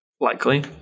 likely